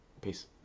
peace